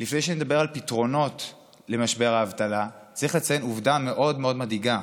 לפני שנדבר על פתרונות למשבר האבטלה צריך לציין עובדה מאוד מאוד מדאיגה.